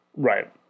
Right